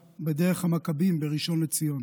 נהרג רוכב אופניים בן 37 בדרך המכבים בראשון לציון.